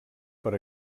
per